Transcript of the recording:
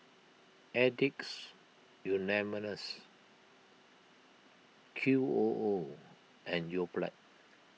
Addicts Anonymous Q O O and Yoplait